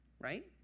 Right